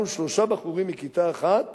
ואנחנו שלושה בחורים מכיתה אחת